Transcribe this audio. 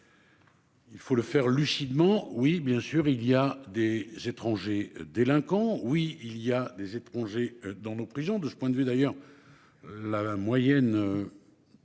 Il faut le faire lucidement. Oui bien sûr il y a des étrangers délinquants. Oui il y a des étrangers dans nos prisons, de ce point de vue d'ailleurs. La moyenne.